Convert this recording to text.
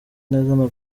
neza